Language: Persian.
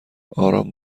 آرام